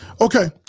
Okay